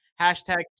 Hashtag